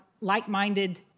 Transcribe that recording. like-minded